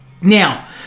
now